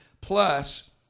plus